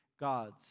gods